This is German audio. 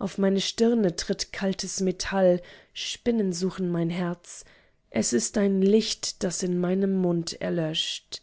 auf meine stirne tritt kaltes metall spinnen suchen mein herz es ist ein licht das in meinem mund erlöscht